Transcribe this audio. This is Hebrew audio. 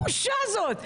איזו בושה זאת.